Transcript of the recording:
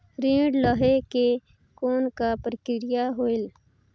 ऋण लहे के कौन का प्रक्रिया होयल?